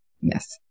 Yes